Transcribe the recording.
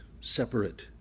separate